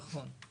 נכון.